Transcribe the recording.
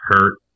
hurt